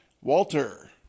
Walter